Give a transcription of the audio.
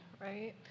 right